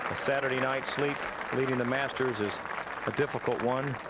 saturday night's sleep leading the masters is a difficult one,